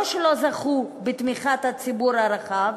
לא רק שלא זכו בתמיכת הציבור הרחב,